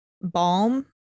balm